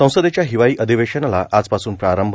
संसदेच्या हिवाळी अधिवेशनाला आजपासून प्रारंभ